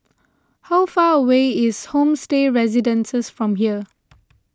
how far away is Homestay Residences from here